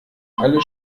alle